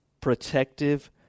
protective